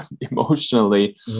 emotionally